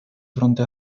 fronte